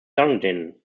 dunedin